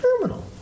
terminal